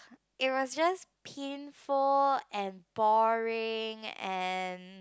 it was just painful and boring and